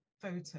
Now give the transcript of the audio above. photo